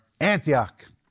Antioch